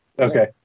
Okay